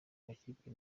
makipe